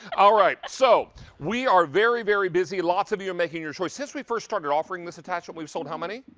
so we are, very very busy, lots of you are making your choice. since we first started offering this attachment we we sold how many?